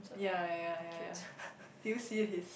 yea yea yea yea yea do you see his